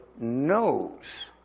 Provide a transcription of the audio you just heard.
knows